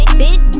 big